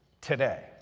today